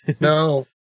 No